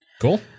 Cool